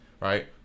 Right